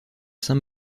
saint